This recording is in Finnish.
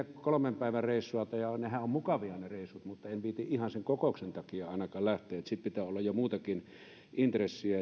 kolmen päivän reissua tee nehän ovat mukavia ne reissut mutta en viitsi ihan sen kokouksen takia ainakaan lähteä että sitten pitää olla jo muutakin intressiä